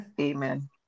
amen